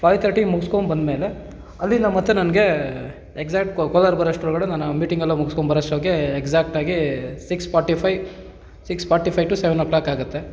five ತರ್ಟಿಗೆ ಮುಗಿಸ್ಕೊಂಬಂದ್ಮೇಲೆ ಅಲ್ಲಿಂದ ಮತ್ತೆ ನನಗೆ ಎಕ್ಸಾಕ್ಟ್ ಕೋಲಾರ ಬರೋ ಅಷ್ಟ್ರೊಳಗಡೆ ನಾನು ಆ ಮೀಟಿಂಗೆಲ್ಲ ಮುಗಿಸ್ಕೊಂಬರೋಷ್ಟ್ರೊಗೆ ಎಕ್ಸಾಕ್ಟಾಗಿ six forty five six forty five to seven o'clock ಆಗುತ್ತೆ